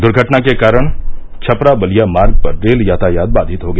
दर्घटना के कारण छपरा बलिया मार्ग पर रेल यातायात बाधित हो गया